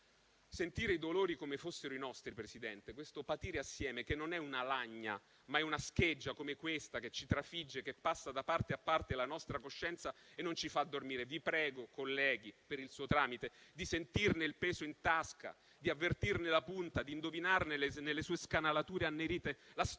Sentire i dolori come fossero i nostri, Presidente, questo patire assieme non è una lagna ma è una scheggia come questa che ci trafigge, che passa da parte a parte la nostra coscienza e non ci fa dormire: vi prego, colleghi, per il suo tramite, di sentirne il peso in tasca, di avvertirne la punta, di indovinarne, nelle sue scanalature annerite, la storia,